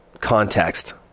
context